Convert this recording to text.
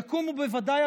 יקומו בוודאי,